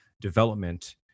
development